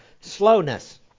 slowness